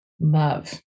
Love